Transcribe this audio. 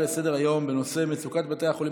לסדר-היום בנושא: מצוקת בתי החולים